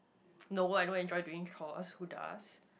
no one want to doing chores who does